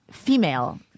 female